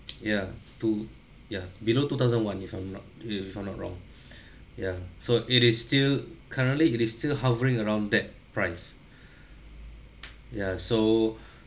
ya two ya below two thousand one if I'm not if I'm not wrong ya so it is still currently it is still hovering around that price ya so